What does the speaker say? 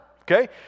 Okay